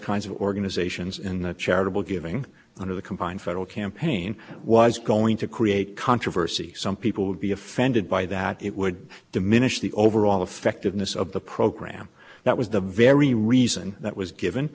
kinds of organizations in the charitable giving under the combined federal campaign was going to create controversy some people would be offended by that it would diminish the overall effectiveness of the program that was the very reason that was given